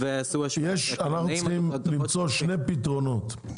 אנחנו צריכים למצוא שני פתרונות.